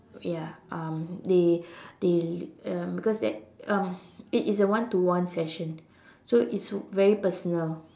ya um they they um because that um it is a one to one session so it's very personal